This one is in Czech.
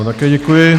Také děkuji.